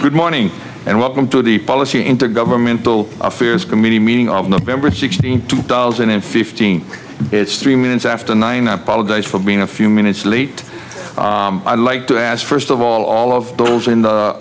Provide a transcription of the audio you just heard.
morning and welcome to the policy intergovernmental affairs committee meeting of november sixteenth two thousand and fifteen it's three minutes after nine apologize for being a few minutes late i'd like to ask first of all all of those in the